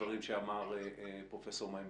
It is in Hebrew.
הדברים שאמר פרופ' מימון.